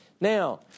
Now